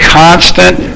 constant